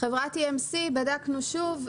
חברת EMC בדקנו שוב,